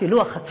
שילוח הקן,